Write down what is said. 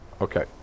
Okay